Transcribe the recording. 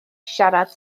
siarad